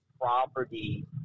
property